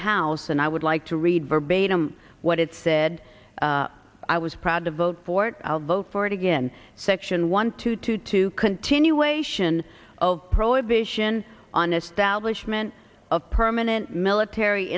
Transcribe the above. house and i would like to read verbatim what it said i was proud to vote for it i'll vote for it again section one two two two continuation of prohibition on establishment of permanent military